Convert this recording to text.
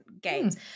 games